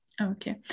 Okay